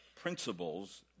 principles